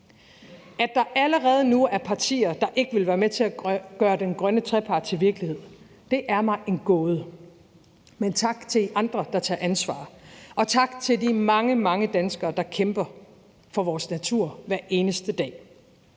At der allerede nu er partier, der ikke vil være med til at gøre den grønne trepart til virkelighed, er mig en gåde, men tak til andre, der tager ansvar, og tak til de mange, mange danskere, der kæmper for vores natur hver eneste dag.